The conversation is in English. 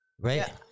right